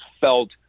felt